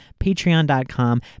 patreon.com